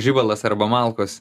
žibalas arba malkos